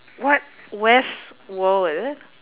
what westworld is it